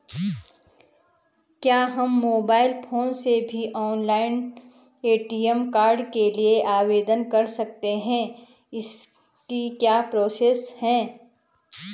क्या हम mobile phone से भी ऑनलाइन ए.टी.एम कार्ड के लिए आवेदन कर सकते हैं इसकी क्या प्रोसेस है?